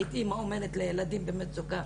הייתי אומנת לילדים במצוקה.